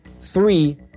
Three